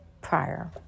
prior